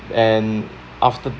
and after